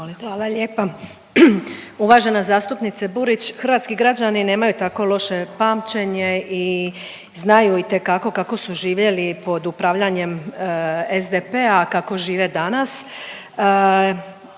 Hvala lijepa. Uvažena zastupnice Burić, hrvatski građani nemaju tako loše pamćenje i znaju itekako kako su živjeli pod upravljanjem SDP-a, a kako žive danas.